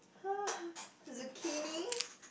zucchini